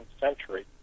century